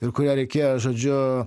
ir kurią reikėjo žodžiu